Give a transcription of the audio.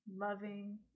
loving